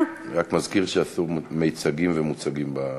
אני רק מזכיר שאסור מיצגים ומוצגים במליאה.